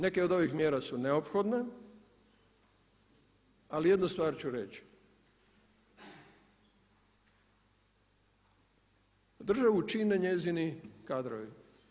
Neke od ovih mjera su neophodne ali jednu stvar ću reći, državu čine njezini kadrovi.